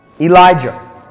Elijah